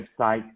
website